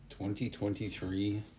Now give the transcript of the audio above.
2023